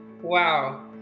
Wow